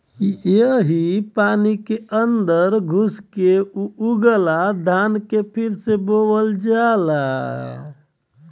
यही पानी क अन्दर घुस के ऊ उगला धान के फिर से बोअल जाला